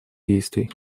действий